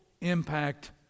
impact